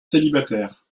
célibataires